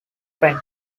friend